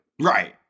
Right